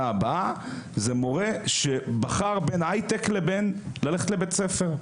הבאה הוא מורה שבחר בין הייטק ובין ללמד בבית ספר,